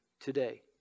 today